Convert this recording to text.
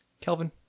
Kelvin